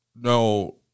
no